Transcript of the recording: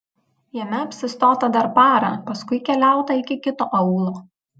jame apsistota dar parą paskui keliauta iki kito aūlo